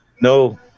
No